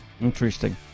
interesting